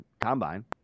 combine